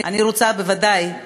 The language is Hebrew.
אני רוצה בוודאי,